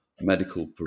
medical